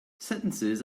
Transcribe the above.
sentences